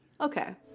Okay